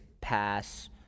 pass